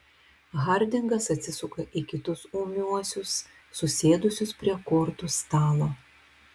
hardingas atsisuka į kitus ūmiuosius susėdusius prie kortų stalo